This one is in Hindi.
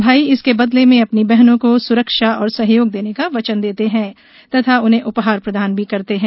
भाई इसके बदले में अपनी बहनों को सुरक्षा और सहयोग देने का वचन देते हैं तथा उन्हें उपहार प्रदान करते हैं